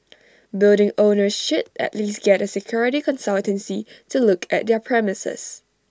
building owners should at least get A security consultancy to look at their premises